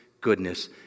goodness